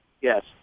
Yes